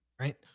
right